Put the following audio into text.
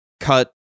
cut